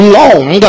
long